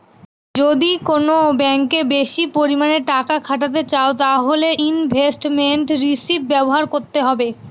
যদি কোন ব্যাঙ্কে বেশি পরিমানে টাকা খাটাতে চাও তাহলে ইনভেস্টমেন্ট রিষিভ ব্যবহার করতে হবে